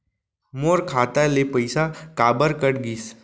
मोर खाता ले पइसा काबर कट गिस?